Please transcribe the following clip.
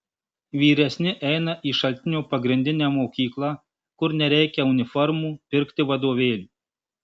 vyresni eina į šaltinio pagrindinę mokyklą kur nereikia uniformų pirkti vadovėlių